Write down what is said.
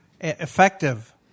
Effective